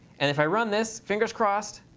and if i run this, fingers crossed,